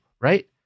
right